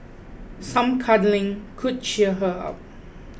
some cuddling could cheer her up